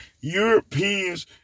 Europeans